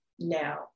now